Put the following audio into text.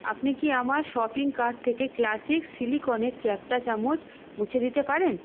আপনি কি আমার শপিং কার্ট থেকে ক্লাসিক সিলিকনের চ্যাপ্টা চামচ মুছে দিতে পারেন